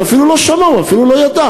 הוא אפילו לא שמע, הוא אפילו לא ידע.